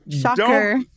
shocker